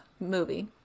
movie